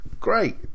great